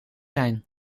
zijn